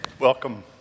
Welcome